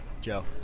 Joe